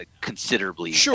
considerably